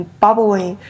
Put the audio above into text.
bubbling